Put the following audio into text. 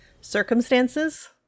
circumstances